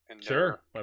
Sure